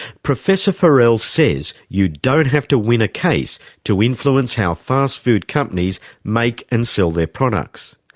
professor forell says you don't have to win a case to influence how fast food companies make and sell their products.